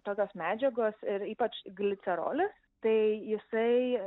tokios medžiagos ir ypač glicerolis tai jisai